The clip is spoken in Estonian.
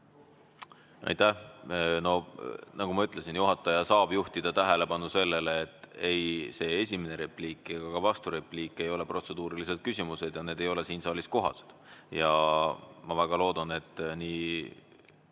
No nagu ma ütlesin, juhataja saab juhtida tähelepanu sellele, et ei see esimene repliik ega ka vasturepliik ei olnud protseduurilised küsimused ja need ei ole siin saalis kohased. Ma väga loodan, et nii